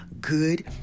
good